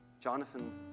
Jonathan